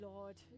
Lord